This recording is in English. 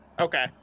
Okay